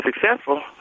successful